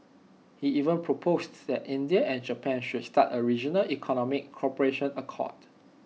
he even proposed that India and Japan should start A regional economic cooperation accord